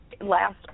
last